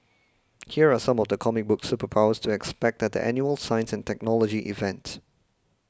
here are some of the comic book superpowers to expect at the annual science and technology event